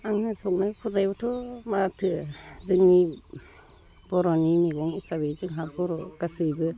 आङो संनाय खुरनायावथ' माथो जोंनि बर'नि मैगं हिसाबै जोंहा बर' गासैबो